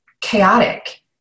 chaotic